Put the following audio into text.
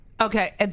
Okay